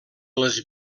les